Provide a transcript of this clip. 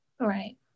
Right